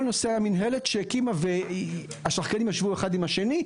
כל נושא המינהלת שהקימה והשחקנים ישבו אחד עם השני,